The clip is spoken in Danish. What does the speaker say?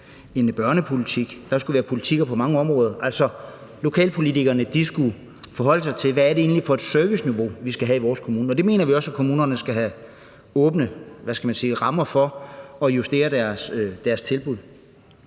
en børnepolitik – der skulle være politikker på mange andre områder. Lokalpolitikerne skulle forholde sig til, hvad det egentlig var for et serviceniveau, man skulle have i den enkelte kommune, og vi mener også, at kommunerne skal have vide rammer for at justere deres tilbud.